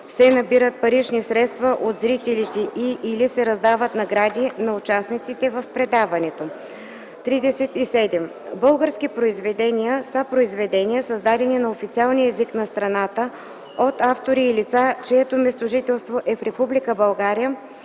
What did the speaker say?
се набират парични средства от зрителите и/или се раздават награди на участниците в предаването. 37. „Български произведения” са произведения, създадени на официалния език на страната от автори и лица, чието местожителство е в Република България